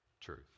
truth